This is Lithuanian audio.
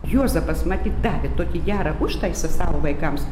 juozapas matyt davė tokį gerą užtaisą savo vaikams